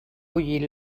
bullir